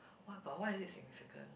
what but why is it significant